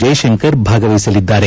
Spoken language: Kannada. ಜೈಶಂಕರ್ ಭಾಗವಹಿಸಲಿದ್ದಾರೆ